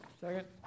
Second